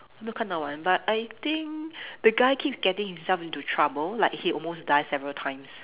我没有看到完 but I think the guy keep getting himself into trouble like he almost died several times